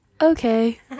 Okay